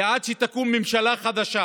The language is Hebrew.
כי עד שתקום ממשלה חדשה